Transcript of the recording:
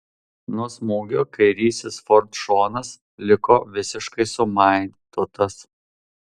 nuo smūgio kairysis ford šonas liko visiškai sumaitotas